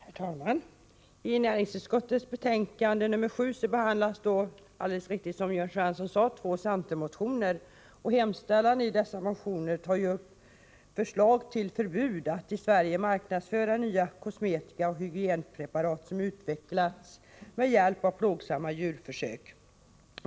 Herr talman! I näringsutskottets betänkande 7 behandlas, som Jörn Svensson alldeles riktigt sade, två centermotioner. I dessa hemställs om förslag till förbud mot att i Sverige marknadsföra nya kosmetika och hygienpreparat som har utvecklats med hjälp av plågsamma djurförsök.